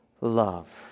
love